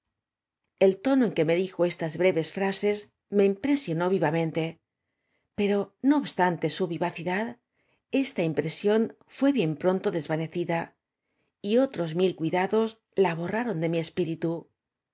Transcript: ei tono en que me dijo estas breves trases me impresionó vivamenu pero no obstante su yivacidad esta impresión ué bien pronto desvanecida y otros mil cuidado la borraron de mi espíritu